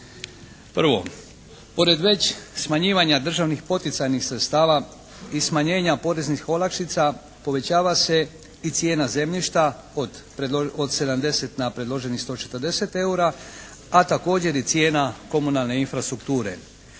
Prvo, pored već smanjivanja državnih poticajnih sredstava i smanjenja poreznih olakšica, povećava se i cijena zemljišta od 70 na predloženih 140 eura, a također i cijena komunalne infrastrukture.